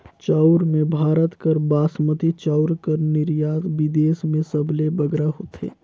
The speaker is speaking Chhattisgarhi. चाँउर में भारत कर बासमती चाउर कर निरयात बिदेस में सबले बगरा होथे